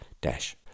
dash